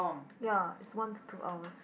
ya it's one to two hours